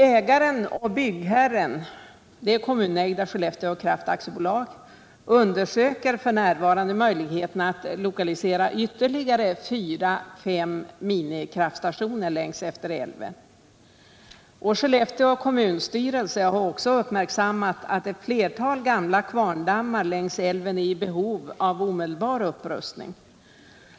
Ägaren och byggherren - kommunägda Skellefteå Kraft AB — undersöker f. n. möjligheten att lokalisera ytterligare fyra-fem minikraftstationer längs älven. Skellefteå kommunstyrelse har också uppmärksammat att ett flertal gamla kvarndammar längs älven är i behov av omedelbar upprustning.